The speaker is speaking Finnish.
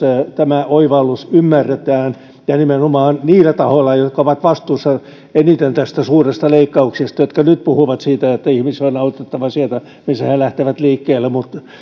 tämä oivallus ymmärretään ja nimenomaan niissä tahoissa jotka ovat eniten vastuussa tästä suuresta leikkauksesta ja jotka nyt puhuvat siitä että ihmisiä on autettava siellä mistä he lähtevät liikkeelle